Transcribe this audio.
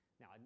Now